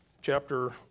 chapter